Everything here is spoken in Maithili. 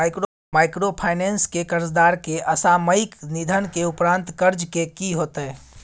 माइक्रोफाइनेंस के कर्जदार के असामयिक निधन के उपरांत कर्ज के की होतै?